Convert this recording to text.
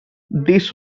this